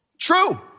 True